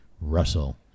Russell